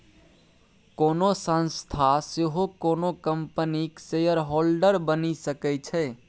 कोनो संस्था सेहो कोनो कंपनीक शेयरहोल्डर बनि सकै छै